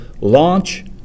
launch